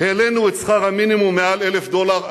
העלינו את שכר המינימום מעל 1,000 דולר.